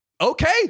okay